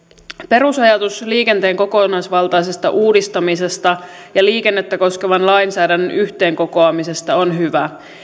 perusajatus liikenteen kokonaisvaltaisesta uudistamisesta ja liikennettä koskevan lainsäädännön yhteenkokoamisesta on hyvä